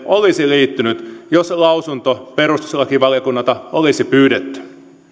olisi liittynyt jos lausunto perustuslakivaliokunnalta olisi pyydetty